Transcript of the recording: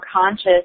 conscious